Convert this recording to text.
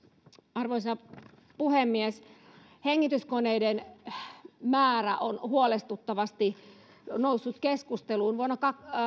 arvoisa puhemies hengityskoneiden määrä on huolestuttavasti noussut keskusteluun vuonna